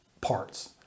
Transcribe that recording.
parts